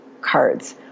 cards